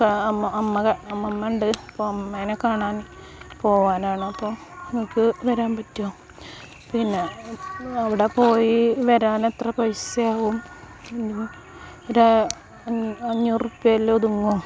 അമ്മ അമ്മ അമ്മമ്മ ഉണ്ട് അപ്പോൾ അമ്മമ്മേനെ കാണാൻ പോവാനാണ് അപ്പോൾ നിങ്ങൾക്ക് വരാൻ പറ്റുമോ പിന്നെ അവിടെ പോയി വരാൻ എത്ര പൈസയാവും ഒരു ആ അഞ്ഞൂറ് ഉറുപ്യയിൽ ഒതുങ്ങുമോ